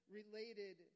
related